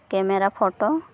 camera photo